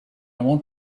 want